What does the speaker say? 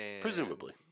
Presumably